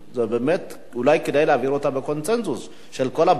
אולי כדאי להעביר אותה בקונסנזוס של כל הבית הזה.